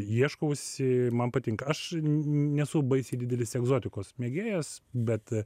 ieškausi man patinka aš nesu baisiai didelis egzotikos mėgėjas bet